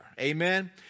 amen